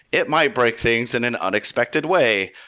it might break things in an unexpected way.